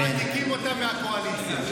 הם מעתיקים אותה מהקואליציה.